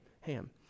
ham